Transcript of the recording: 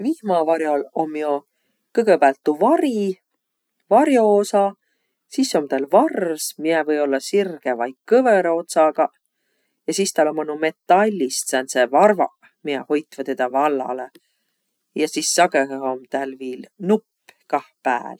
Vihmavar'ol om jo kõgõpäält tuu vari, var'oosa. Sis om täl vars, miä või ollaq sirge vai kõvõra otsagaq. Ja sis täl ommaq nuuq metallist sääntseq varvaq, miä hoitvaq tedä vallalõ. Ja sis sagõhõhe om täl viil nupp kah pääl.